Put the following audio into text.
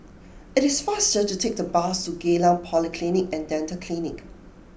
it is faster to take the bus to Geylang Polyclinic and Dental Clinic